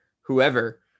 whoever